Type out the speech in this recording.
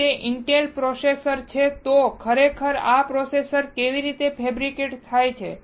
જો તે Intel processor છે તો ખરેખર આ પ્રોસેસર કેવી રીતે ફૅબ્રિકેટ થાય છે